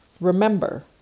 remember